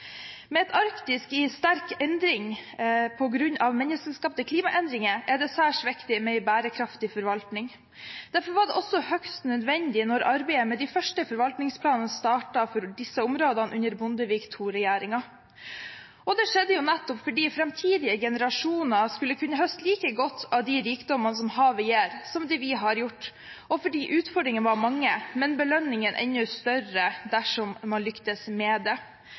Med et Arktis i sterk endring på grunn av menneskeskapte klimaendringer er det særs viktig med en bærekraftig forvaltning. Derfor var det også høyst nødvendig da arbeidet med de første forvaltningsplanene startet for disse områdene under Bondevik II-regjeringen. Det skjedde nettopp fordi framtidige generasjoner skulle kunne høste like godt av rikdommene havet gir, som det vi har gjort, og fordi utfordringene var mange, men belønningen enda større dersom man lyktes med det.